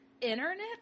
Internet